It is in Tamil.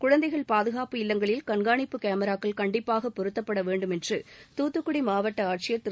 குழந்தைகள் பாதுகாப்பு இல்லங்களில் கண்காணிப்பு கேமராக்கள் கண்டிப்பாக பொறுத்தப்பட வேண்டும் என்று தூத்துக்குடி மாவட்ட ஆட்சியர் திரு